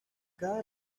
cada